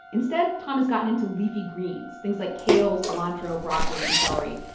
instead, tom has gotten into leafy greens, things like kale, cilantro, broccoli and celery.